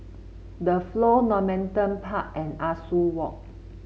The Flow Normanton Park and Ah Soo Walk